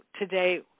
today